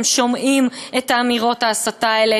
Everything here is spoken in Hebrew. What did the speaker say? הם שומעים את אמירות ההסתה האלה,